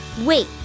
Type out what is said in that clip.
Wait